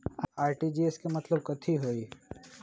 RTGS के मतलब कथी होइ?